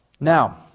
Now